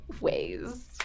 ways